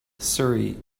surrey